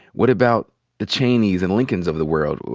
what about the cheyneys and lincolns of the world?